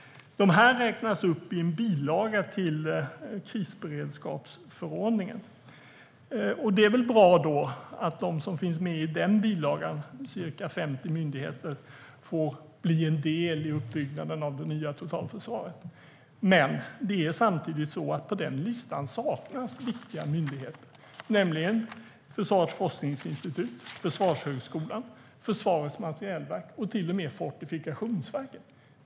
De räknas upp i en bilaga till krisberedskapsförordningen. Det är väl bra att de som finns med i den bilagan, ca 50 myndigheter, får bli en del i uppbyggnaden av det nya totalförsvaret. Men på den listan saknas samtidigt viktiga myndigheter, nämligen Försvarets forskningsinstitut, Försvarshögskolan, Försvarets materielverk och till och med Fortifikationsverket.